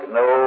no